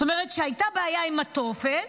זאת אומרת, שהייתה בעיה עם הטופס,